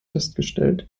festgestellt